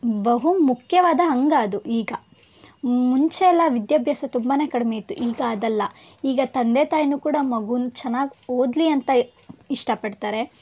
ಬಹು ಮುಖ್ಯವಾದ ಅಂಗ ಅದು ಈಗ ಮುಂಚೆ ಎಲ್ಲ ವಿದ್ಯಾಭ್ಯಾಸ ತುಂಬಾ ಕಡಿಮೆ ಇತ್ತು ಈಗ ಅದಲ್ಲ ಈಗ ತಂದೆ ತಾಯಿನೂ ಕೂಡ ಮಗುನ ಚೆನ್ನಾಗಿ ಓದಲಿ ಅಂತ ಇಷ್ಟಪಡ್ತಾರೆ